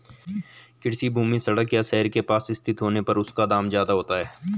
कृषि भूमि सड़क या शहर के पास स्थित होने पर उसका दाम ज्यादा होता है